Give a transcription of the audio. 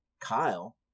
Kyle